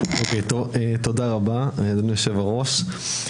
תודה רבה אדוני יושב הראש.